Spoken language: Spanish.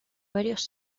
varios